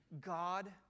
God